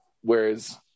whereas